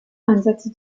ansätze